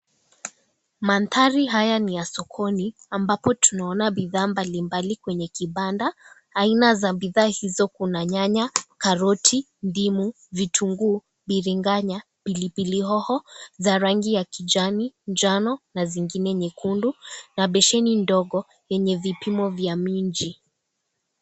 Maandhari haya ni ya sokoni ambapo tunaona bidhaa mbalimbali kwenye kibanda aina za bidhaa hizo kuna nyanya, karoti, ndimu, vitunguu, biringanya, pilipili hoho za rangi ya kijani, njano na zingine nyekundu na besheni ndogo yenye vipimo vya minji .